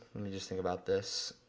me just think about this.